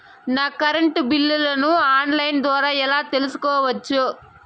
నా కరెంటు బిల్లులను online ద్వారా ఎలా తెలుసుకోవచ్చు?